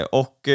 och